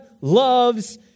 loves